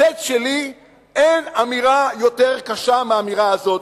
שבסט שלי אין אמירה יותר קשה מהאמירה הזאת,